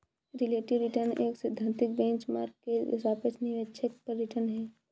relative return एक सैद्धांतिक benchmark के सापेक्ष निवेश पर रिटर्न है